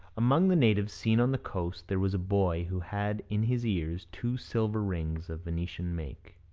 among the natives seen on the coast there was a boy who had in his ears two silver rings of venetian make.